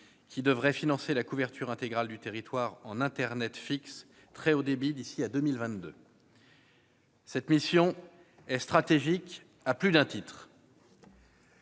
qui devrait financer la couverture intégrale du territoire en internet fixe à très haut débit d'ici à 2022. Cette mission est stratégique à plus d'un titre.